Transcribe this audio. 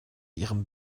ihrem